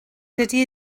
dydy